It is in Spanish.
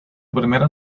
primera